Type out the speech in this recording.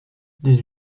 dix